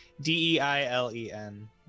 D-E-I-L-E-N